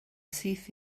syth